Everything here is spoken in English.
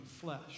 flesh